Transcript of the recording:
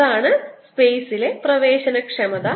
അതാണ് സ്പെയ്സിലെ പ്രവേശനക്ഷമത